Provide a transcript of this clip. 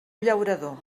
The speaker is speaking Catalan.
llaurador